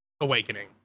Awakening